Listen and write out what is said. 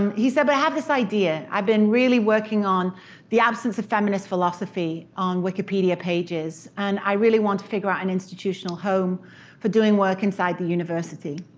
um he said but i have this idea. i've been really working on the absence of feminist philosophy on wikipedia pages, and i really want to figure out an institutional home for doing work inside the university.